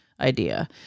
idea